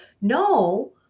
no